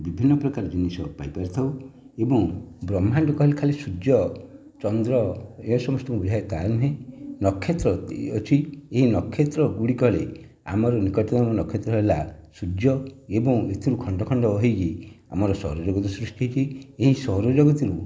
ବିଭିନ୍ନ ପ୍ରକାର ଜିନିଷ ପାଇପାରିଥାଉ ଏବଂ ବ୍ରହ୍ମାଣ୍ଡ କହିଲେ ଖାଲି ସୂର୍ଯ୍ୟ ଚନ୍ଦ୍ର ଏ ସମସ୍ତଙ୍କୁ ବୁଝାଏ ତା' ନୁହେଁ ନକ୍ଷତ୍ର ବି ଅଛି ଏଇ ନକ୍ଷତ୍ର ଗୁଡ଼ିକରେ ଆମର ନିକଟତମ ନକ୍ଷତ୍ର ହେଲା ସୂର୍ଯ୍ୟ ଏବଂ ଏଥିରୁ ଖଣ୍ଡ ଖଣ୍ଡ ହୋଇ ଆମର ଶରୀର ମଧ୍ୟ ସୃଷ୍ଟି ହୋଇଛି ଏଇ ଶରୀର ଭିତରୁ